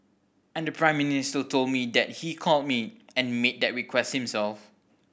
and the Prime Minister told me that he called me and made that request himself